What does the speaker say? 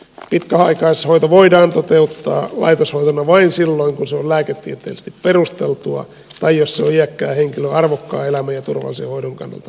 pitkäaikaishoito voidaan toteuttaa laitoshoitona vain silloin kun se on lääketieteellisesti perusteltua tai jos se on iäkkään henkilön arvokkaan elämän ja turvallisen hoidon kannalta muuten perusteltua